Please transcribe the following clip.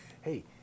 hey